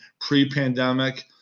pre-pandemic